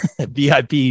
VIP